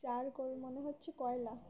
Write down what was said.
charcoal মানে হচ্ছে কয়লা